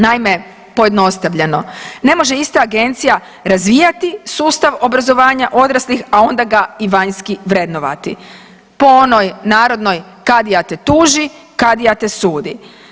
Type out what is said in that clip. Naime, pojednostavljeno, ne može ista agencija razvijati sustav obrazovanja odraslih, a onda ga i vanjski vrednovati, po onoj narodnoj kadija te tuži, kadija te sudi.